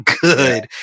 good